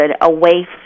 away